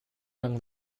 young